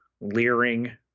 leering